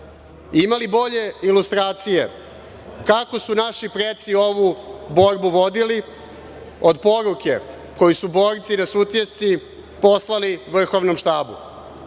li bolje ilustracije kako su naši preci ovu borbu vodili od poruke koju su borci na Sutjesci poslali Vrhovnom štabu